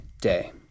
day